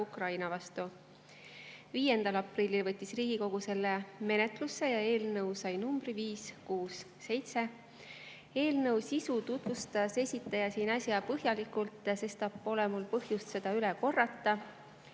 5. aprillil võttis Riigikogu selle menetlusse ja eelnõu sai numbri 567. Eelnõu sisu tutvustas esitaja siin äsja põhjalikult, sestap pole mul põhjust seda üle